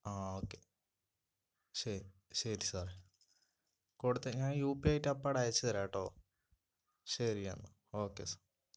ആ ഓക്കേ ശരി ശരി സാർ കൊടുത്ത് ഞാൻ യു പി ഐട്ട് അപ്പാട അയച്ച് തരാം കേട്ടോ ശരി എന്നാൽ ഓക്കെ സാർ